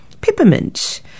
Peppermint